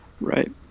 Right